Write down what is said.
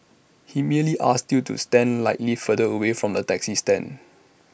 he merely asked you to stand slightly further away from the taxi stand